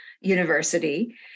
university